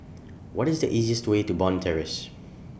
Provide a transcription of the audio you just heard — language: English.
What IS The easiest Way to Bond Terrace